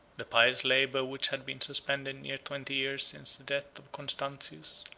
the pious labor which had been suspended near twenty years since the death of constantius,